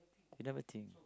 they never think